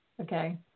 okay